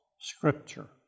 scripture